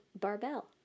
barbell